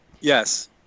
yes